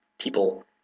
people